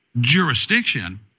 jurisdiction